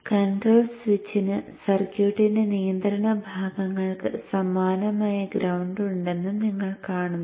control സ്വിച്ചിന് സർക്യൂട്ടിന്റെ നിയന്ത്രണ ഭാഗങ്ങൾക്ക് സമാനമായ ഗ്രൌണ്ട് ഉണ്ടെന്ന് നിങ്ങൾ കാണുന്നു